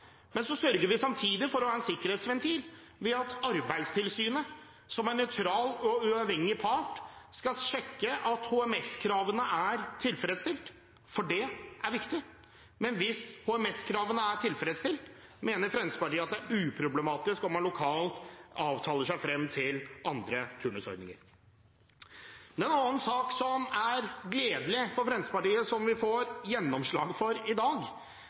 Men hvis HMS-kravene er tilfredsstilt, mener Fremskrittspartiet at det er uproblematisk om man lokalt avtaler seg frem til andre turnusordninger. En annen sak som det er gledelig for Fremskrittspartiet at vi får gjennomslag for i dag,